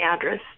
address